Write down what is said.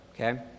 okay